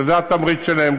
שזה התמריץ שלהן,